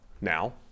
now